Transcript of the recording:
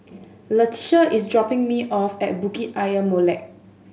Leticia is dropping me off at Bukit Ayer Molek